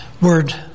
word